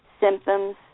symptoms